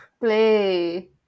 Play